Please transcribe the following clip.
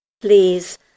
Please